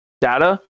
data